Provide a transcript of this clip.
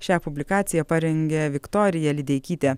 šią publikaciją parengė viktorija lideikytė